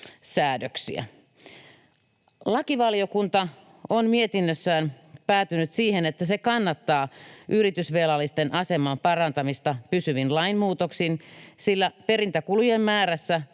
Lakivaliokunta on mietinnössään päätynyt siihen, että se kannattaa yritysvelallisten aseman parantamista pysyvin lainmuutoksin, sillä perintäkulujen määrässä